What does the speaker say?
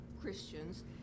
christians